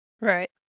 Right